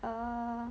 err